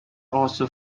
also